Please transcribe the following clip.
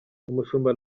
umushumba